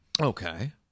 Okay